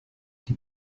die